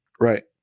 Right